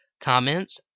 Comments